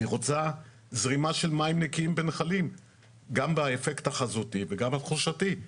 והיא רוצה זרימה של מים נקיים בנחלים גם באפקט החזותי וגם התחושתי,